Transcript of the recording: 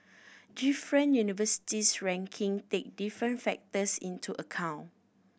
different universities ranking take different factors into account